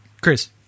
Chris